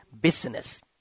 business